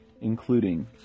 including